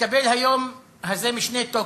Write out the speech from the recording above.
מקבל היום הזה משנה תוקף,